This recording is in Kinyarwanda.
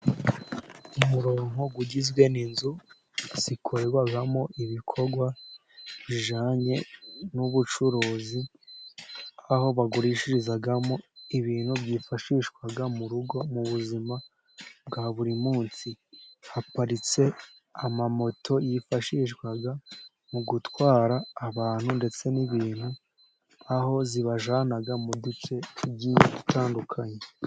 Umuronko ugizwe n' inzu zikorerwamo ibikorwa bijyanye n' ubucuruzi, aho bagurishirizamo ibintu byifashishwa mu rugo, mu buzima bwa buri munsi. Haparitse amamoto yifashishwa mu gutwara abantu ndetse n' ibintu, aho zibavana mu duce tugiye gutandukanye.